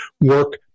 work